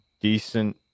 decent